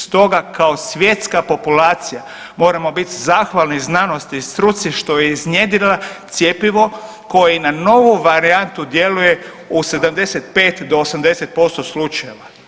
Stoga kao svjetska populacija moramo biti zahvalni znanosti i struci što je iznjedrila cjepivo koje i na novu varijantu djeluje u 75 do 80% slučajeva.